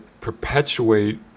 perpetuate